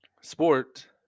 sport